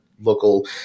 local